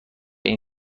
این